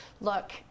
look